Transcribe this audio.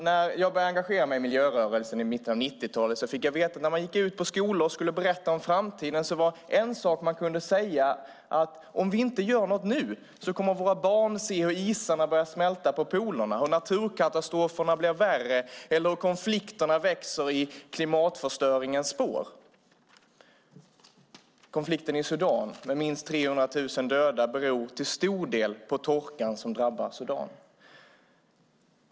När jag började engagera mig i miljörörelsen i mitten av 90-talet fick jag veta att en sak man kunde säga när man gick ut på skolor och skulle berätta om framtiden var att om vi inte gör något nu kommer våra barn att få se hur isarna börjar smälta på polerna, naturkatastroferna blir värre och konflikterna växer i klimatförstöringens spår. Konflikten i Sudan, med minst 300 000 döda, beror till stor del på torkan som drabbar Sudan.